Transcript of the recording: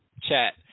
chat